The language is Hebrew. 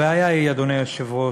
הבעיה היא, אדוני היושב-ראש,